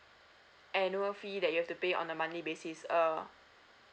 annual fee that you have to pay on a monthly basis err